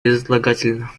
безотлагательно